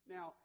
Now